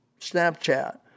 snapchat